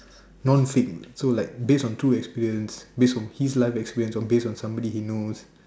non thing so like based of two experience based of his life experience or based on somebody you know